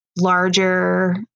larger